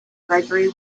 gregory